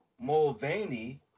Mulvaney